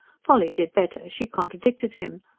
polly did better she contradicted him.